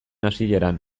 hasieran